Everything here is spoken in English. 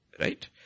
Right